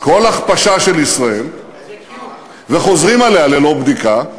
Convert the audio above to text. כל הכפשה של ישראל וחוזרים עליה ללא בדיקה,